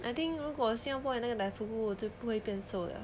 I think 如果 singapore and 那个奶粉 goole 就不会变瘦了